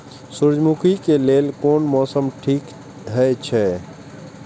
सूर्यमुखी के लेल कोन मौसम ठीक हे छे?